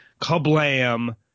kablam